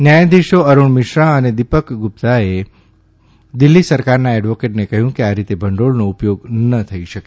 ન્યાયાધીશો અરુણ મિશ્રા અને દીપક ગુપ્તાએ દિલ્હી સરકારના એડવોકેટને કહ્યું કે આ રીતે ભંડોળનો ઉપયોગ ન થઇ શકે